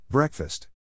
Breakfast